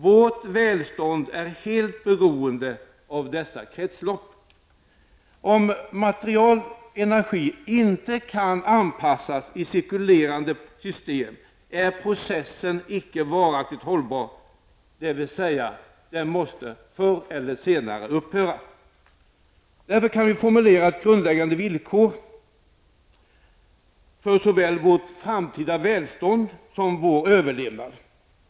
Vårt välstånd är helt beroende av dessa kretslopp. Om material och energi inte kan inpassas i cirkulerande system är processen inte varaktigt hållbar, dvs. den måste förr eller senare upphöra. Därmed kan vi formulera ett grundläggande villkor för såväl vårt framtida välstånd som vår överlevnad.